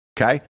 Okay